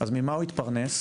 אז ממה יתפרנס?